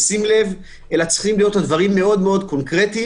"בשים לב" אלא צריכים להיות דברים מאוד מאוד קונקרטיים.